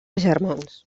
germans